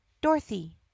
Dorothy